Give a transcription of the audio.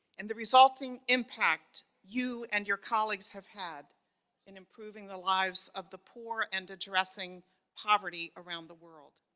and the resulting impact you and your colleagues have had in improving the lives of the poor and addressing poverty around the world.